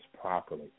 properly